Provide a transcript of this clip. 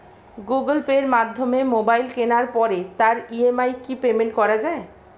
Google পের মাধ্যমে mobile কেনার পরে তার ই.এম.আই কি পেমেন্ট করা যায়?